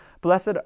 Blessed